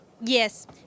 Yes